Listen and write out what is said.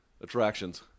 attractions